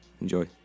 Enjoy